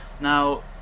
Now